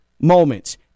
moments